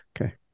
Okay